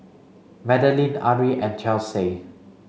Madaline Ari and Chelsey